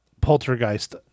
poltergeist